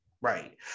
Right